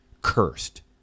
cursed